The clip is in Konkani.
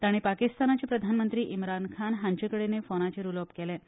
तांणी पाकिस्तानाचे प्रधानमंत्री इमरान खान हांचे कडेनय फोनाचेर उलोवप केलां